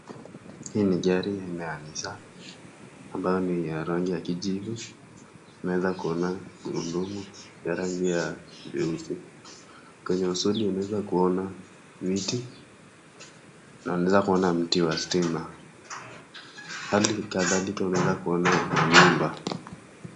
Hii ni gari haina ya nissan, ambayo ni ya rangi ya kijivu, imeweza kuona gurudumu ya rangi ya nyeuzi. Kwenye usudi unaweza kuona viti na unaweza kuona mti wa stima, hali kadhalika unaweza kuona manyumba.